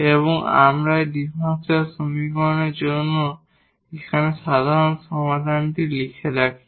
এবং আমরা এই ডিফারেনশিয়াল সমীকরণের জন্য এখানে সাধারণ সমাধানটি লিখে রাখি